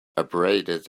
abraded